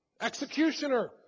Executioner